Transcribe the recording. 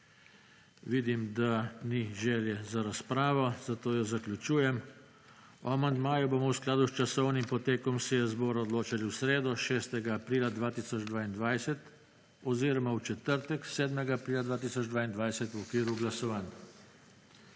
Vidim, da ni želje za razpravo, zato jo zaključujem. O amandmaju bomo v skladu s časovnim potekom seje zbora odločali v sredo, 6. aprila 2022, oziroma v četrtek, 7. aprila 2022, v okviru glasovanj.